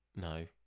No